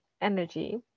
energy